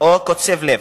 או קוצב לב